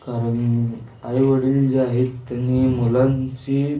कारण आईवडील जे आहेत त्यांनी मुलांशी